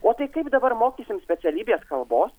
o tai kaip dabar mokysim specialybės kalbos